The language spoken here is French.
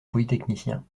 polytechnicien